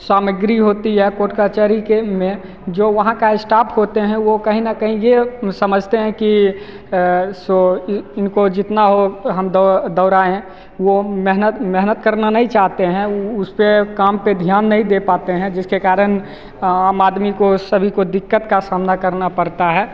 सामग्री होती है कोर्ट कचहरी के में जो वहाँ के इस्टाफ होते हैं वह कहीं ना कहीं यह समझते हैं कि सो इनको जितना हो हम दौ दोड़ाएं हैं वे मेहनत मेहनत करना नहीं चाहते हैं वो उस पर काम पर ध्यान नहीं दे पाते हैं जिसके कारण आम आदमी को सभी को दिक़्क़त का सामना करना पड़ता है